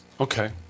okay